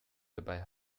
dabei